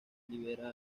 libera